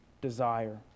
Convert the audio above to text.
desire